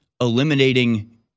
eliminating